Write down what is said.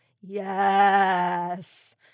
Yes